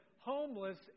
Homeless